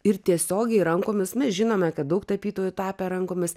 ir tiesiogiai rankomis mes žinome kad daug tapytojų tapė rankomis